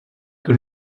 got